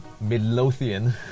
Midlothian